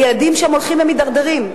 הילדים שם הולכים ומידרדרים,